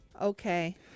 Okay